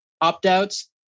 opt-outs